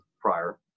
prior